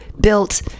built